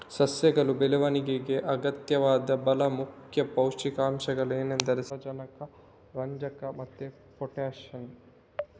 ಸಸ್ಯಗಳ ಬೆಳವಣಿಗೆಗೆ ಅಗತ್ಯವಾದ ಭಾಳ ಮುಖ್ಯ ಪೋಷಕಾಂಶಗಳೆಂದರೆ ಸಾರಜನಕ, ರಂಜಕ ಮತ್ತೆ ಪೊಟಾಷ್